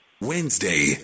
Wednesday